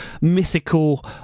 mythical